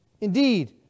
Indeed